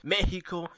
Mexico